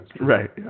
right